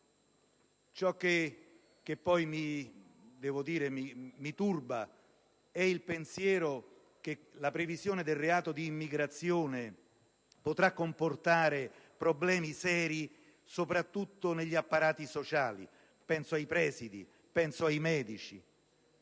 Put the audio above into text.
Ciò che mi turba è il pensiero che l'introduzione del reato di immigrazione potrà comportare problemi seri soprattutto negli apparati sociali: penso ai presidi o ai medici.